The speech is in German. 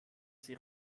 sie